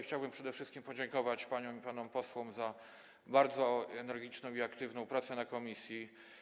Chciałbym przede wszystkim podziękować paniom i panom posłom za bardzo energiczną i aktywną pracę w komisji.